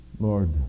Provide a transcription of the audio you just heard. Lord